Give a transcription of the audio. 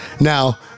now